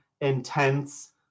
intense